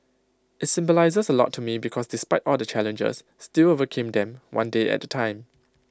IT symbolises A lot to me because despite all the challenges still overcame them one day at A time